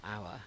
hour